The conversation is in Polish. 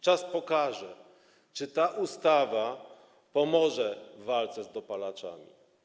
Czas pokaże, czy ta ustawa pomoże w walce z dopalaczami.